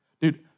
Dude